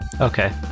Okay